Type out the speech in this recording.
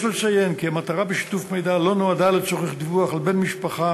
יש לציין כי המטרה בשיתוף מידע היא לא דיווח על בן משפחה